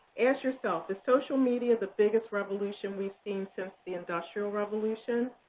ask yourself is social media the biggest revolution we've seen since the industrial revolution?